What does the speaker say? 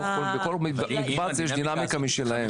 בתוך כל מקבץ יש דינמיקה משלהם.